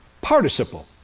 participle